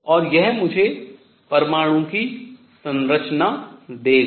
और यह मुझे परमाणु की संरचना देगा